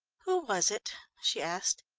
who was it? she asked.